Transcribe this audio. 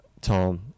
Tom